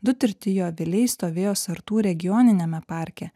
du tirti jo aviliai stovėjo sartų regioniniame parke